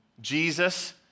Jesus